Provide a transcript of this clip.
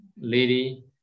Lady